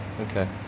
Okay